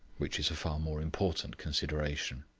which is a far more important consideration.